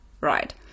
Right